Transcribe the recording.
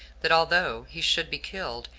that although he should be killed,